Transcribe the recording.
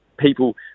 people